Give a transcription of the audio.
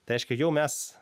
tai reiškia jau mes